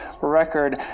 record